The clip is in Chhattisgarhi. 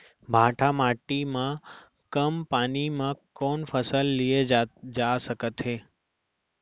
भांठा माटी मा कम पानी मा कौन फसल लिए जाथे सकत हे?